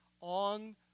on